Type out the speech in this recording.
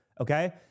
okay